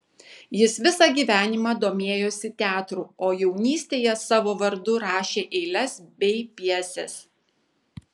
jis visą gyvenimą domėjosi teatru o jaunystėje savo vardu rašė eiles bei pjeses